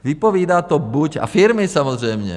Vypovídá to buď... a firmy samozřejmě.